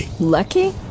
Lucky